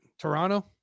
Toronto